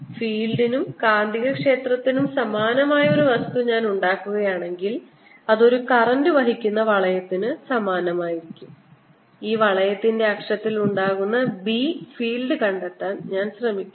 ഫീൽഡിനും കാന്തികക്ഷേത്രത്തിനും സമാനമായ ഒരു വസ്തു ഞാൻ ഉണ്ടാക്കുകയാണെങ്കിൽ അത് ഒരു കറന്റ് വഹിക്കുന്ന വളയത്തിന് സമാനമായിരിക്കും ഈ വളയത്തിന്റെ അക്ഷത്തിൽ ഉണ്ടാകുന്ന B ഫീൽഡ് കണ്ടെത്താൻ ഞാൻ ശ്രമിക്കുന്നു